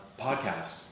podcast